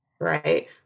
Right